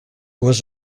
was